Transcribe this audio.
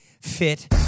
Fit